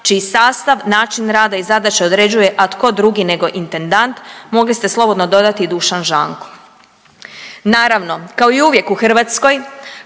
čiji sastav, način rada i zadaće određuje a tko drugi nego intendant, mogli ste slobodno dodati i Dušan Žanko. Naravno kao i uvijek u Hrvatskoj